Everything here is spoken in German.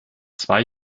zwei